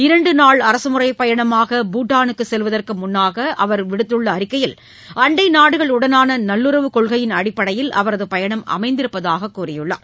இரண்டு நாள் அரசமுறைப் பயணமாக பூட்டானுக்கு செல்வதற்கு முன்பாக அவர் விடுத்துள்ள அறிக்கையில் அண்டை நாடுகளுடனான நல்லுறவுக் கொள்கையின் அடிப்படையில் அவரது பயணம் அமைந்திருப்பதாக கூறியுள்ளார்